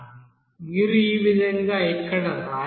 మీరు ఈ విధంగా ఇక్కడ వ్రాయవచ్చు